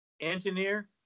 engineer